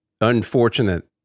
unfortunate